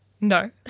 No